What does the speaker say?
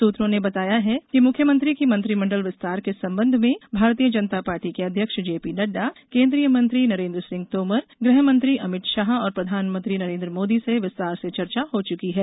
सूत्रों ने बताया कि मुख्यमंत्री की मंत्रिमंडल विस्तार के संबंध में भारतीय जनता पार्टी के अध्यक्ष जे पी नंड्रा केन्द्रीय मंत्री नरेन्द्र सिंह तोमर गृहमंत्री अमित शाह और प्रधानमंत्री नरेन्द्र मोदी से विस्तार से चर्चा हो चुकी है